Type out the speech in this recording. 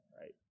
right